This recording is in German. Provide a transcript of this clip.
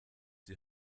die